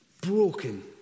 broken